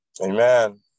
Amen